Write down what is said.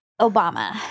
Obama